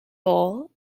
bull